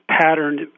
patterned